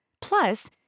Plus